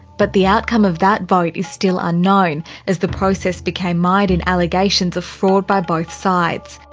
but the outcome of that vote is still unknown as the process became mired in allegations of fraud by both sides.